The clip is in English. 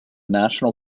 national